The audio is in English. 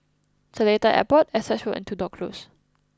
Seletar Airport Essex Road and Tudor Close